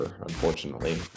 unfortunately